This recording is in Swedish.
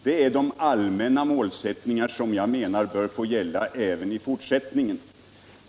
Det är de allmänna målsättningarna, som bör gälla även i fortsättningen.